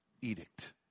edict